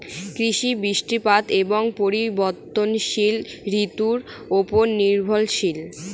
কৃষি বৃষ্টিপাত এবং পরিবর্তনশীল ঋতুর উপর নির্ভরশীল